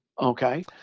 okay